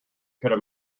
could